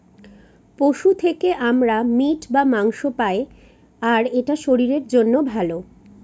পশু থেকে আমরা মিট বা মাংস পায়, আর এটা শরীরের জন্য ভালো